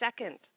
second